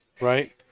Right